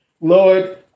Lord